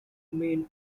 main